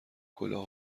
کلاه